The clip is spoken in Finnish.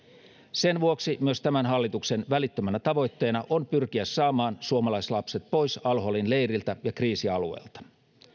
sen vuoksi myös tämän hallituksen välittömänä tavoitteena on pyrkiä saamaan suomalaislapset pois al holin leiriltä ja kriisialueelta